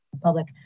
public